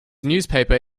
newspaper